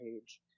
page